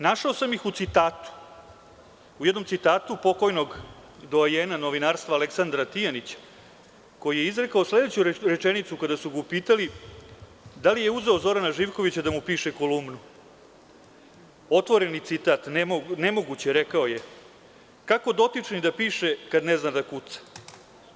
Našao sam ih u citatu, u jednom citatu pokojnog doajena novinarstva Aleksandra Tijanića koji je izrekao sledeću rečenicu kada su ga upitali da li je uzeo Zorana Živkovića da mu piše kolumnu, otvoreni citat: „Ne moguće“, rekao je, „Kako dotični da piše kada ne zna da kuca?